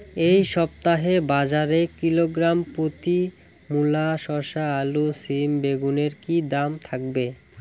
এই সপ্তাহে বাজারে কিলোগ্রাম প্রতি মূলা শসা আলু সিম বেগুনের কী দাম থাকবে?